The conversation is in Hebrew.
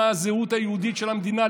מה הזהות היהודית של המדינה,